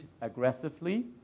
aggressively